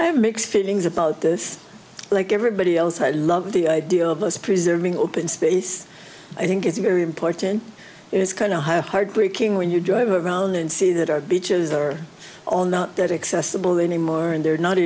i have mixed feelings about this like everybody else i love the idea of those preserving open space i think it's very important it's kind of hard breaking when you drive around and see that our beaches are all not that accessible anymore and there are not